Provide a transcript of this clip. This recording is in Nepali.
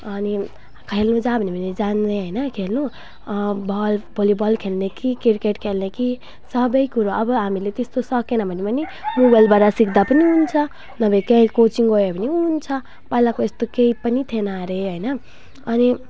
अनि खेल्नु जा भन्यो भने जाने होइन खेल्नु बल भलिबल खेल्ने कि क्रिकेट खेल्ने कि सबै कुरो अब हामीले त्यस्तो सकेन भने पनि मोबाइलबाट सिक्दा पनि हुन्छ नभए काहीँ कोचिङ गयो भने पनि हुन्छ पहिलाको यस्तो केही पनि थिएन अरे होइन अनि